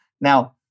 Now